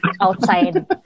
outside